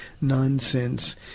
nonsense